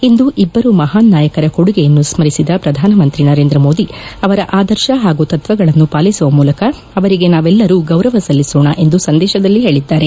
ಇಂದು ಇಬ್ಬರು ಮಹಾನ್ ನಾಯಕರ ಕೊಡುಗೆಯನ್ನು ಸ್ಪರಿಸಿದ ಪ್ರಧಾನ ಮಂತ್ರಿ ನರೇಂದ್ರ ಮೋದಿ ಅವರ ಆದರ್ಶ ಪಾಗೂ ತತ್ವಗಳನ್ನು ಪಾಲಿಸುವ ಮೂಲಕ ಅವರಿಗೆ ನಾವೆಲ್ಲರೂ ಗೌರವ ಸಲ್ಲಿಸೋಣ ಎಂದು ಸಂದೇಶದಲ್ಲಿ ಹೇಳಿದ್ದಾರೆ